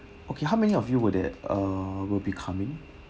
okay how many of you would that uh will be coming